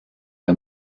der